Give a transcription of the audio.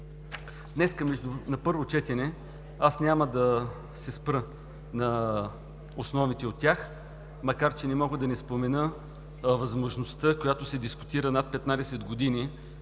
Днес на първо четене аз няма да се спра на основните от тях, макар че не мога да не спомена възможността, която се дискутира над 15 години